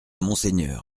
monseigneur